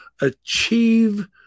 achieve